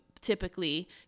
Typically